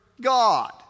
God